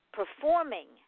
performing